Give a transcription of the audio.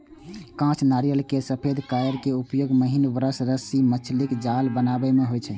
कांच नारियल केर सफेद कॉयर के उपयोग महीन ब्रश, रस्सी, मछलीक जाल बनाबै मे होइ छै